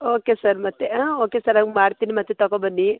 okay sir ಮತ್ತೆ ಹಾಂ okay sir ಹಂಗ್ ಮಾಡ್ತೀನಿ ಮತ್ತೆ ತಗೊಂಬನ್ನಿ